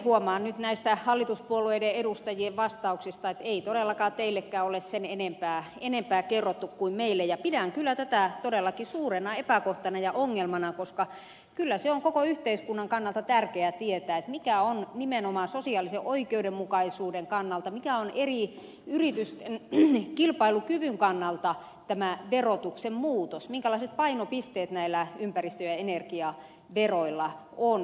huomaan nyt näistä hallituspuolueiden edustajien vastauksista että ei todellakaan teillekään ole sen enempää kerrottu kuin meille ja pidän kyllä tätä todellakin suurena epäkohtana ja ongelmana koska kyllä se on koko yhteiskunnan kannalta tärkeää tietää mikä on nimenomaan sosiaalisen oikeudenmukaisuuden kannalta mikä on eri yritysten kilpailukyvyn kannalta tämä verotuksen muutos minkälaiset painopisteet näillä ympäristö ja energiaveroilla on